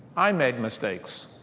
i made mistakes.